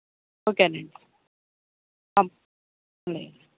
ఓకేనండి పం